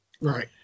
Right